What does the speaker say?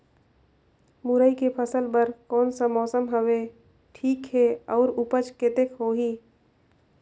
मुरई के फसल बर कोन सा मौसम हवे ठीक हे अउर ऊपज कतेक होही?